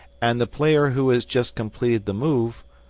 and the player who has just completed the move,